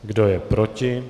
Kdo je proti?